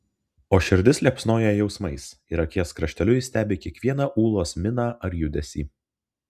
o širdis liepsnoja jausmais ir akies krašteliu jis stebi kiekvieną ūlos miną ar judesį